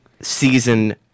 season